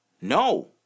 No